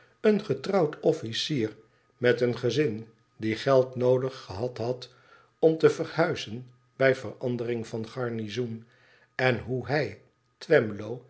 een getrouwd officier met een gezin die geld noodig gehad had om te verhuizen bij verandering van garnizoen en hoe hij